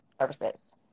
services